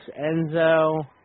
Enzo